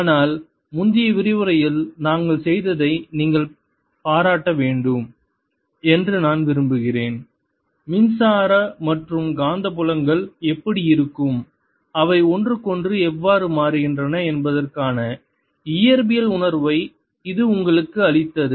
ஆனால் முந்தைய விரிவுரையில் நாங்கள் செய்ததை நீங்கள் பாராட்ட வேண்டும் என்று நான் விரும்புகிறேன் மின்சார மற்றும் காந்தப்புலங்கள் எப்படி இருக்கும் அவை ஒன்றுக்கொன்று எவ்வாறு மாறுகின்றன என்பதற்கான இயற்பியல் உணர்வை இது உங்களுக்கு அளித்தது